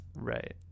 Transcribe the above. right